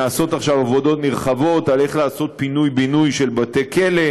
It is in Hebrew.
נעשות עכשיו עבודות נרחבות איך לעשות פינוי-בינוי של בתי-כלא.